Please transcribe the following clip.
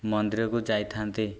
ମନ୍ଦିରକୁ ଯାଇଥାନ୍ତି